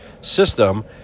system